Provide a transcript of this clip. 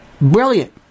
Brilliant